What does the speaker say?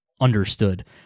understood